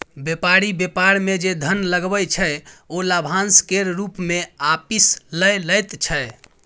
बेपारी बेपार मे जे धन लगबै छै ओ लाभाशं केर रुप मे आपिस लए लैत छै